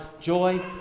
Joy